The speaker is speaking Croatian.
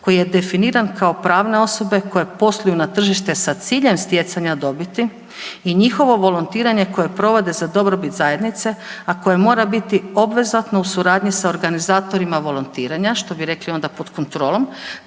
koji je definiran kao pravne osobe koje posluju na tržištu sa ciljem stjecanja dobiti i njihovo volontiranje koje provode za dobrobit zajednice, a koje mora biti obvezatno u suradnji sa organizatorima volontiranja što bi rekli onda pod kontrolom